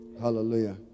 hallelujah